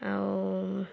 ଆଉ